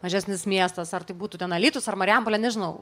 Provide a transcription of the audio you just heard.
mažesnis miestas ar tai būtų ten alytus ar marijampolė nežinau